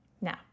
Now